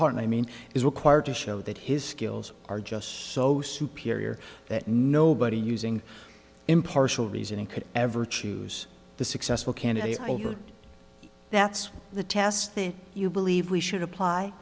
hard i mean is required to show that his skills are just so superior that nobody using impartial reasoning could ever choose the successful candidate that's the test that you believe we should apply